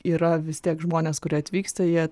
yra vis tiek žmonės kurie atvyksta jie